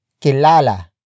kilala